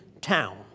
town